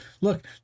look